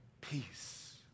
Peace